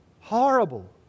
Horrible